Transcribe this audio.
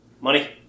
Money